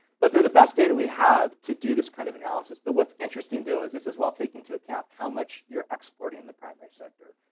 but they're the best data we have to do this kind of analysis, but what's interesting though is this is while taking into account how much you're exporting the primary sector,